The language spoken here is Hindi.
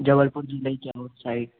जबलपुर ज़िले के आउटसाइड